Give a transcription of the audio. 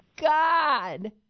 God